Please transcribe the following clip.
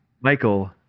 michael